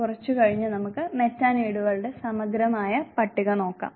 കുറച്ച് കഴിഞ്ഞ് നമുക്ക് മെറ്റാനീഡുകളുടെ സമഗ്രമായ പട്ടിക നോക്കാം